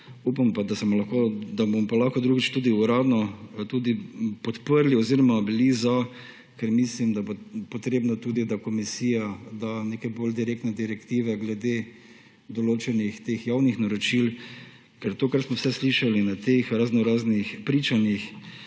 Upam pa, da bomo potem drugič tudi uradno podprli oziroma bili za, ker mislim, da bo treba, da komisija da neke bolj jasne direktive glede določenih javnih naročil. Ker to, kar smo vse slišali na teh raznoraznih pričanjih,